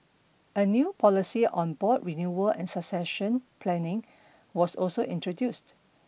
a new policy on board renewal and succession planning was also introduced